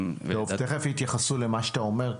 תכף יתייחסו למה שאתה אומר.